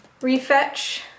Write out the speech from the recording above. refetch